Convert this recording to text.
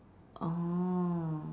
oh